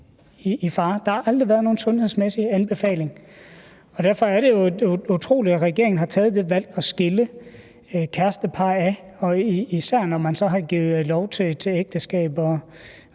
Der har aldrig været nogen sundhedsmæssig anbefaling. Derfor er det jo utroligt, at regeringen har taget det valg at skille kærestepar ad, især når man så har givet lov i forhold til ægteskab. Og